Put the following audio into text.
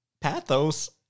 pathos